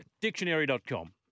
Dictionary.com